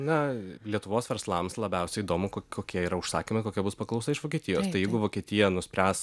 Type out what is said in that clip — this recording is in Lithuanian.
na lietuvos verslams labiausiai įdomu ko kokie yra užsakymai kokia bus paklausa iš vokietijos tai jeigu vokietija nuspręs